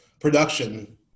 production